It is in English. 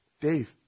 Dave